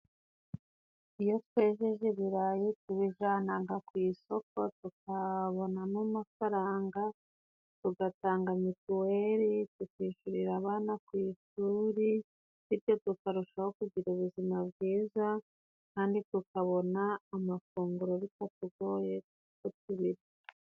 Iyo twejeje ibirayi tubijanaga ku isoko, tukabonamo amafaranga tugatanga mituweli, tukishurira abana ku ishuri bityo tukarushaho kugira ubuzima bwiza kandi tukabona amafunguro bitatugoye kuko tubirya.